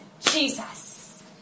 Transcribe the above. Jesus